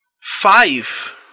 Five